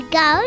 go